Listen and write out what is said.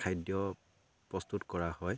খাদ্য প্ৰস্তুত কৰা হয়